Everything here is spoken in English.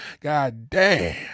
Goddamn